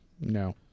No